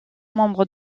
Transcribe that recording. membre